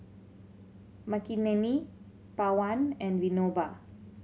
Makineni Pawan and Vinoba